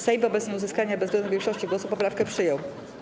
Sejm wobec nieuzyskania bezwzględnej większości głosów poprawkę przyjął.